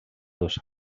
dos